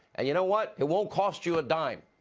and you know what? it won't cost you a dime.